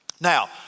Now